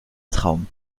traum